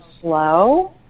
slow